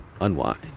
unwind